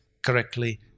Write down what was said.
correctly